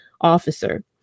officer